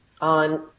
on